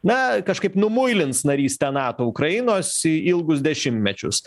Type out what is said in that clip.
na kažkaip numuilins narystę nato ukrainos į ilgus dešimtmečius